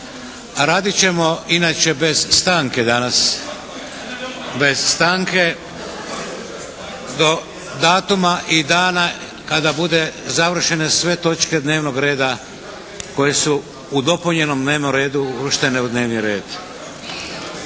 radit ćemo inače bez stanke danas. Bez stanke do datuma i dana kada bude završene sve točke dnevnog reda koje su u dopunjenom dnevnom redu uvrštene u dnevni red.